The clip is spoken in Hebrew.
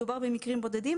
מדובר במקרים בודדים.